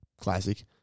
Classic